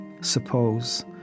suppose